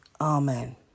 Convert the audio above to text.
amen